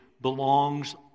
belongs